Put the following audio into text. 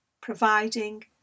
providing